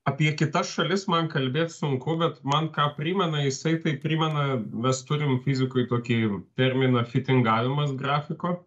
apie kitas šalis man kalbėt sunku bet man ką primena jisai tai primena mes turim fizikoj tokį terminą fitingavimas grafiko